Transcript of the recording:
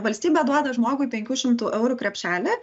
valstybė duoda žmogui penkių šimtų eurų krepšelį